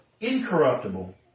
incorruptible